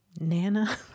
Nana